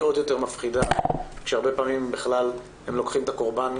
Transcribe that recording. היא עוד יותר מפחידה כשהרבה פעמים בכלל הם לוקחים את הקורבן,